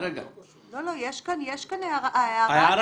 ההערה נכונה.